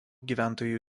gyventojų